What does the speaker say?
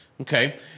Okay